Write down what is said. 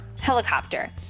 helicopter